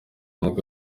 nibwo